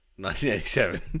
1987